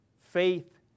faith